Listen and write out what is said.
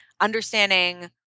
understanding